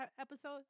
episode